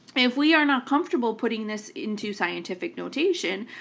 if we are not comfortable putting this into scientific notation,